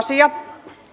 asia